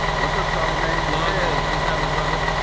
what's up charlamagne? alonso, what's happening brother?